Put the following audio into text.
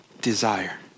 desire